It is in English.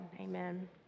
Amen